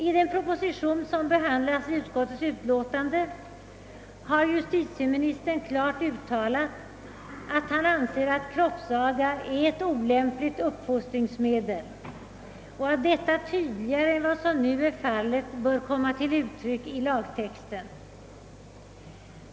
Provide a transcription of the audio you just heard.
I den proposition som behandlas i utskottets utlåtande har justitieministern klart uttalat att han anser att kroppsaga är ett olämpligt uppfostringsmedel och att detta tydligare än vad som nu är fallet bör komma till uttryck i lagtexten.